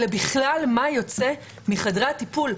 אלא בכלל מה יוצא מחדרי הטיפול.